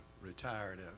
retired